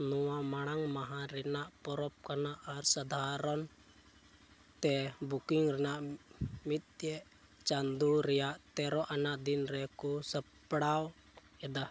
ᱱᱚᱣᱟ ᱢᱟᱲᱟᱝ ᱢᱟᱦᱟ ᱨᱮᱱᱟᱜ ᱯᱚᱨᱚᱵᱽ ᱠᱟᱱᱟ ᱟᱨ ᱥᱟᱫᱷᱟᱨᱚᱱᱛᱮ ᱵᱩᱠᱤᱝ ᱨᱮᱱᱟᱜ ᱢᱤᱫᱴᱮᱡ ᱪᱟᱸᱫᱚ ᱨᱮᱭᱟᱜ ᱛᱮᱨᱳ ᱟᱱᱟᱜ ᱫᱤᱱ ᱨᱮ ᱠᱚ ᱥᱟᱯᱲᱟᱣ ᱮᱫᱟ